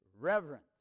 Reverence